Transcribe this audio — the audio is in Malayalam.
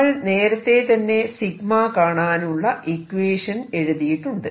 നമ്മൾ നേരത്തെ തന്നെ കാണാനുള്ള ഇക്വേഷൻ എഴുതിയിട്ടുണ്ട്